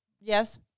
Yes